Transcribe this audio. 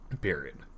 period